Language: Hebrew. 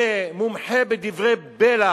ומומחה בדברי בלע